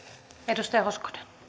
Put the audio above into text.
arvoisa rouva puhemies